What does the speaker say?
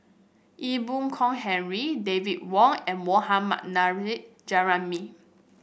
Ee Boon Kong Henry David Wong and Mohammad Nurrasyid Juraimi